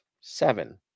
seven